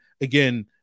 again